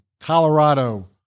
Colorado